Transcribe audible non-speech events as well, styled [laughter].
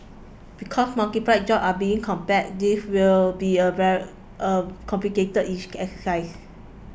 because multiple jobs are being compared this will be a [unintelligible] a complicated each exercise